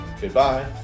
Goodbye